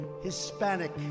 Hispanic